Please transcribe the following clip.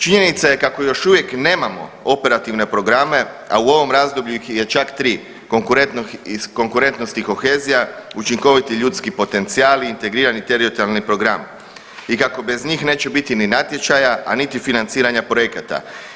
Činjenica kako još uvijek nemamo operativne programe, a u ovom razdoblju ih je čak tri Konkurentnost i kohezija, Učinkoviti ljudski potencijali, Integrirani teritorijalni program i kako bez njih neće biti ni natječaja, a niti financiranja projekata.